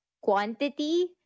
quantity